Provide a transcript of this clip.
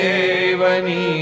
Devani